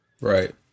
Right